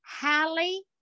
Hallie